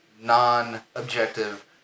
non-objective